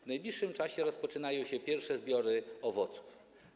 W najbliższym czasie rozpoczną się pierwsze zbiory owoców.